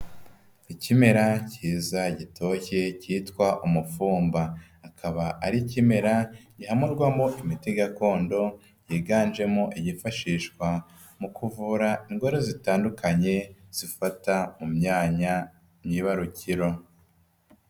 Ikimera kiza gitoshye cyitwa umufumba, akaba ari kimera gihamurwamo imiti gakondo, yiganjemo iyifashishwa mu kuvura indwara zitandukanye zifata mu myanya myibarukiro.